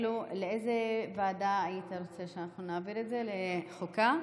לאיזו ועדה היית רוצה שנעביר את זה, לחוקה?